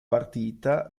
partita